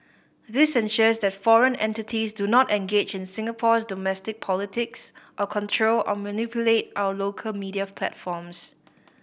this ensures that foreign entities do not engage in Singapore's domestic politics or control or manipulate our local media platforms